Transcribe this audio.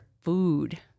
food